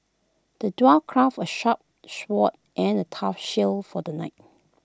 the dwarf crafted A sharp sword and A tough shield for the knight